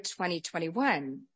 2021